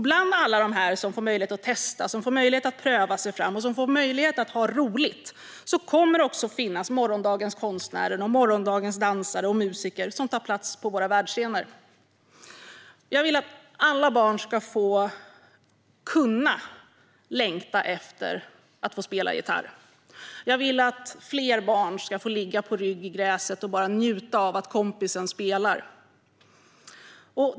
Bland alla dem som får möjlighet att testa och pröva sig fram och som får möjlighet att ha roligt kommer också morgondagens konstnärer, morgondagens dansare och morgondagens musiker som tar plats på våra världsscener att finnas. Jag vill att alla barn ska kunna få längta efter att få spela gitarr. Jag vill att fler barn ska få ligga på rygg i gräset och bara njuta av att kompisen spelar.